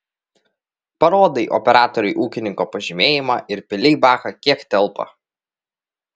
parodai operatoriui ūkininko pažymėjimą ir pili į baką kiek telpa